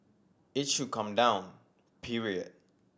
it should come down period